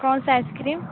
कौन सा आइसक्रीम